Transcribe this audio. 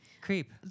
creep